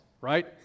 right